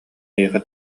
эйиэхэ